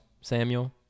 Samuel